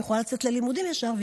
את יכולה לצאת ללימודים ישר.